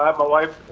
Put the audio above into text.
um wife,